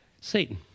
Satan